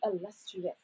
illustrious